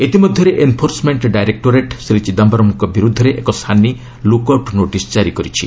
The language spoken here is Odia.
ଇତିମଧ୍ୟରେ ଏନ୍ଫୋର୍ସମେଣ୍ଟା ଡାଇରେକ୍ଟୋରେଟ୍ ଶ୍ରୀ ଚିଦାୟରମ୍ଙ୍କ ବିରୁଦ୍ଧରେ ଏକ ସାନି ଲୁକ୍ ଆଉଟ୍ ନୋଟିସ୍ କାରି କରିଛି